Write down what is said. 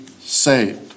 saved